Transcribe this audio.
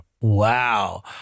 Wow